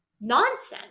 nonsense